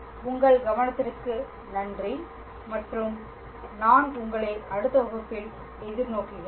உங்கள் கவனத்திற்கு நன்றி மற்றும் நான் உங்களை அடுத்த வகுப்பில் எதிர்நோக்குகிறேன்